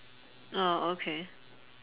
oh okay